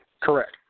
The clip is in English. Correct